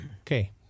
okay